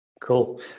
Cool